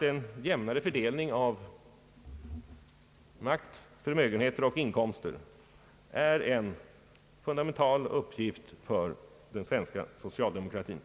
En jämnare fördelning av makt, förmögenheter och inkomster är en fundamental uppgift för den svenska socialdemokratin.